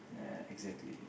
yeah excatly